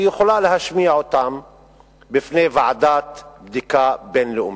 היא יכולה להשמיע אותן בפני ועדת בדיקה בין-לאומית.